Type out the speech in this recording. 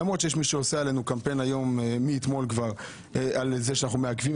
למרות שיש מי שעושה עלינו קמפיין מאתמול כבר על זה שאנחנו מעכבים.